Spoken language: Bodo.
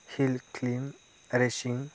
hill Climb racing